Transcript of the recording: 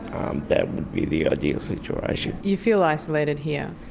um that would be the ideal situation. you feel isolated here?